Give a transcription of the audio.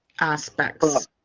aspects